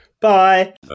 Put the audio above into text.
Bye